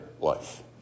life